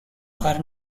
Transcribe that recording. are